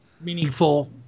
meaningful